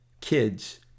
kids